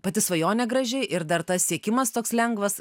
pati svajonė graži ir dar tas siekimas toks lengvas